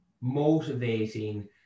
motivating